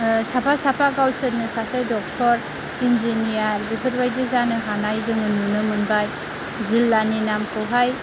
साफा साफा गावसोरनो सासे डक्टर इन्जिनियार बेफोरबायदि जानो हानाय जोङो नुनो मोनबाय जिल्लानि नामखौहाय